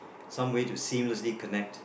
some way to seamlessly connect